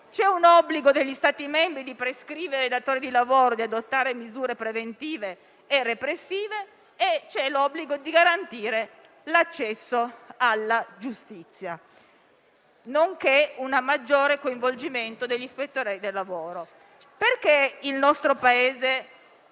C'è un obbligo degli Stati membri di prescrivere e del datore di lavoro di adottare misure preventive e repressive e c'è l'obbligo di garantire l'accesso alla giustizia, nonché un maggiore coinvolgimento degli ispettori del lavoro. Il nostro Paese,